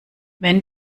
wenn